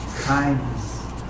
Kindness